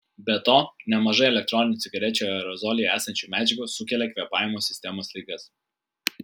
be to nemažai elektroninių cigarečių aerozolyje esančių medžiagų sukelia kvėpavimo sistemos ligas